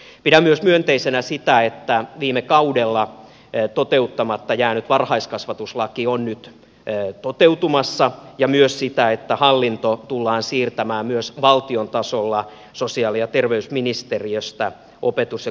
pidän myönteisenä myös sitä että viime kaudella toteuttamatta jäänyt varhaiskasvatuslaki on nyt toteutumassa ja myös sitä että hallinto tullaan siirtämään myös valtion tasolla sosiaali ja terveysministeriöstä opetus ja kulttuuriministeriöön